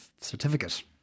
certificate